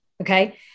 Okay